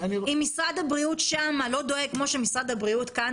אם משרד הבריאות שם לא דואג כמו שמשרד הבריאות כאן